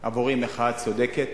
עבורי היא מחאה צודקת,